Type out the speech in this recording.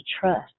trust